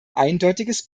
eindeutiges